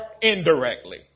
indirectly